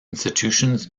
institutions